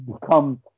become